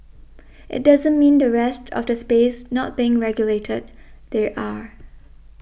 it doesn't mean the rest of the space not being regulated they are